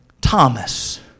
Thomas